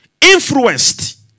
Influenced